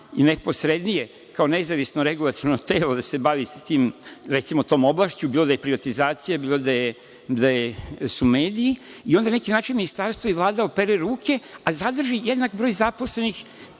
neposrednije kao nezavisno regulatorno telo, da se bavi sa tom oblašću, bilo da je privatizacija, bilo da su mediji. Onda na neki način Ministarstvo i Vlada peru ruke, a zadrži jednak broj zaposlenih